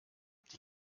die